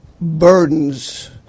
burdens